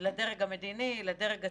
לדרג המדיני, לדרג הצבאי,